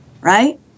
right